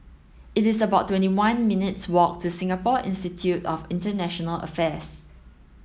it is about twenty one minutes walk to Singapore Institute of International Affairs